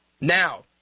Now